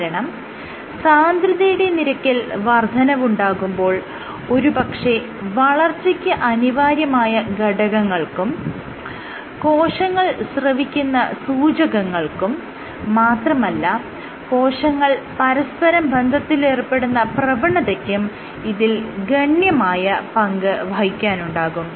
കാരണം സാന്ദ്രതയുടെ നിരക്കിൽ വർദ്ധനവുണ്ടാകുമ്പോൾ ഒരു പക്ഷെ വളർച്ചയ്ക്ക് അനിവാര്യമായ ഘടകങ്ങൾക്കും കോശങ്ങൾ സ്രവിക്കുന്ന സൂചകങ്ങൾക്കും മാത്രമല്ല കോശങ്ങൾ പരസ്പരം ബന്ധത്തിലേർപ്പെടുന്ന പ്രവണതയ്ക്കും ഇതിൽ ഗണ്യമായ പങ്ക് വഹിക്കാനുണ്ടാകും